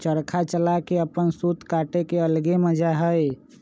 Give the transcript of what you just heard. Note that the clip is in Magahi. चरखा चला के अपन सूत काटे के अलगे मजा हई